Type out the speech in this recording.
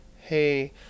hey